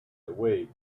awake